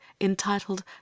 entitled